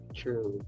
true